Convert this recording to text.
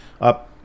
up